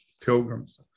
pilgrims